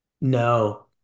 No